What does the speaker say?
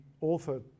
author